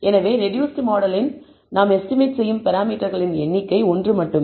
எனவே ரெடூஸ்ட் மாடலில் நாம் எஸ்டிமேட் செய்யும் பராமீட்டர்களின் எண்ணிக்கை 1 மட்டுமே